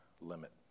limit